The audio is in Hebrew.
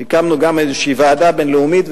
הקמנו גם ועדה בין-לאומית,